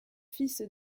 fils